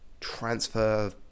transfer